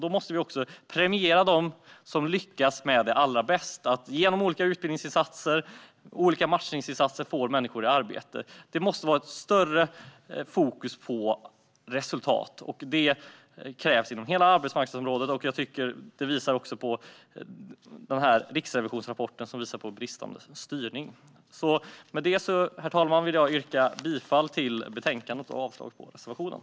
Då måste man också premiera dem som lyckas allra bäst, genom olika utbildningsinsatser och olika matchningsinsatser, med att få människor i arbete. Det måste vara ett större fokus på resultat. Det krävs inom hela arbetsmarknadsområdet. Riksrevisionsrapporten visar också på en bristande styrning. Herr talman! Med detta vill jag yrka bifall till utskottets förslag i betänkandet och avslag på reservationerna.